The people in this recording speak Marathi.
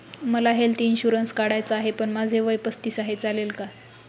मला हेल्थ इन्शुरन्स काढायचा आहे पण माझे वय पस्तीस आहे, चालेल का?